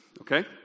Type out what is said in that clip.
okay